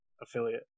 affiliate